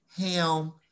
ham